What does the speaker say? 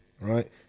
Right